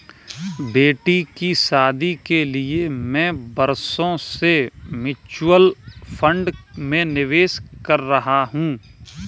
बेटी की शादी के लिए मैं बरसों से म्यूचुअल फंड में निवेश कर रहा हूं